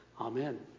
Amen